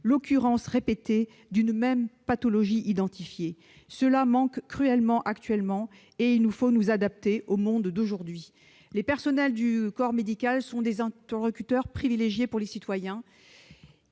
l'occurrence répétée d'une même pathologie. Cela manque cruellement à l'heure actuelle ; il nous faut nous adapter au monde d'aujourd'hui. Les personnels du corps médical sont des interlocuteurs privilégiés pour les citoyens.